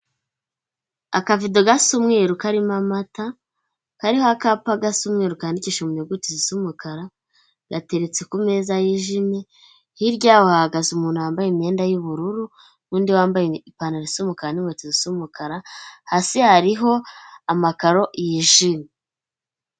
Akabido gasa umweru karimo amata, kariho akapa gasa umweru kandikishije mu nyuguti zisa umukara, gateretse ku meza yijimye. Hirya yaho hahagaze umuntu wambaye imyenda y'ubururu, n'undi wambaye ipantaro isa umukara n'inkweto zisa umukara, hasi hariho amakaro yijimye.